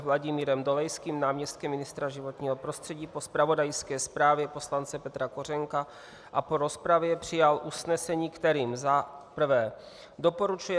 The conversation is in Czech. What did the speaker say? Vladimírem Dolejským, náměstkem ministra životního prostředí, po zpravodajské zprávě poslance Petra Kořenka a po rozpravě přijal usnesení, kterým za prvé doporučuje